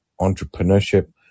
entrepreneurship